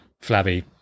flabby